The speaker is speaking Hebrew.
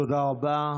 תודה רבה.